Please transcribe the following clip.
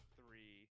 three